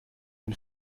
den